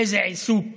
איזה עיסוק